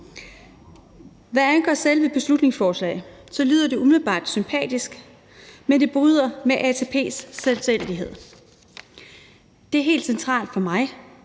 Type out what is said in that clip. Hvad angår selve beslutningsforslaget, lyder det umiddelbart sympatisk, men det bryder med ATP's selvstændighed. Det er helt centralt for mig